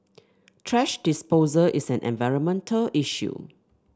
thrash disposal is an environmental issue